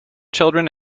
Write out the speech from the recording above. children